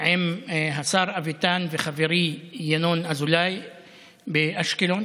עם השר אביטן וחברי ינון אזולאי באשקלון